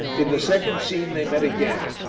in the second scene they met again,